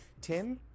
Tim